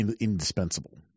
indispensable